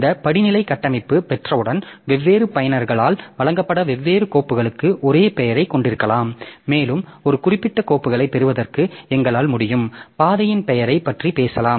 இந்த படிநிலை கட்டமைப்பை பெற்றவுடன் வெவ்வேறு பயனர்களால் வழங்கப்பட்ட வெவ்வேறு கோப்புகளுக்கு ஒரே பெயரைக் கொண்டிருக்கலாம் மேலும் ஒரு குறிப்பிட்ட கோப்புகளைப் பெறுவதற்கு எங்களால் முடியும் பாதையின் பெயரைப் பற்றி பேசலாம்